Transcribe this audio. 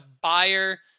buyer